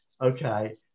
okay